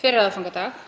fyrir aðfangadag.